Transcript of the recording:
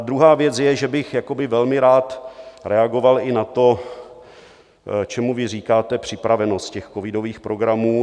Druhá věc je, že bych velmi rád reagoval i na to, čemu vy říkáte připravenost covidových programů.